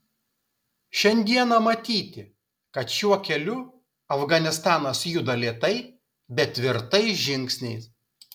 šiandieną matyti kad šiuo keliu afganistanas juda lėtai bet tvirtais žingsniais